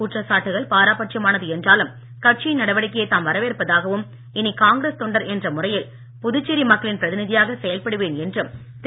குற்றச்சாட்டுகள் பாரபட்சமானது என்றாலும் கட்சியின் நடவடிக்கையை தாம் வரவேற்பதாகவும் இனி காங்கிரஸ் தொண்டர் என்ற முறையில் புதுச்சேரி மக்களின் பிரதிநிதியாக செயல்படுவேன் என்றும் திரு